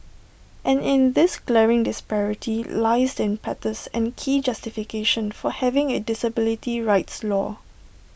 and in this glaring disparity lies impetus and key justification for having A disability rights law